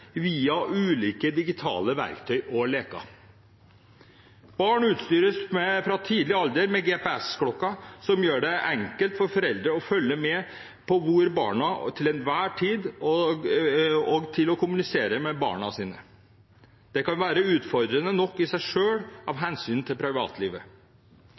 via ulike digitale verktøy og leker. Barn utstyres fra tidlig alder med GPS-klokker som gjør det enkelt for foreldrene å følge med på barna til enhver tid og kommunisere med barna sine. Det kan være utfordrende nok i seg selv av hensyn til privatlivet.